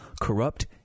corrupt